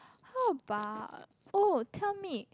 how about oh tell me